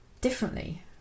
Differently